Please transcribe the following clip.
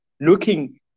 looking